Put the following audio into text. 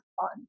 fun